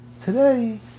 Today